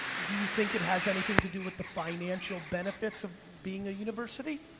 do you think it has anything to do with the financial benefits of being a university?